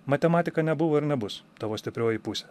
matematika nebuvo ir nebus tavo stiprioji pusė